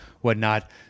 whatnot